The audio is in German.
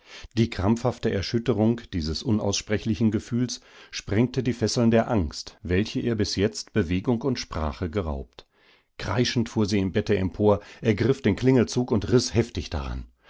die krampfhafte erschütterung dieses unaussprechlichen gefühls sprengte die fesseln der angst welche ihr bis jetzt bewegung und sprache geraubt kreischend fuhr sie im bette empor ergriff den klingelzugundrißheftighinein o